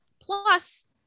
Plus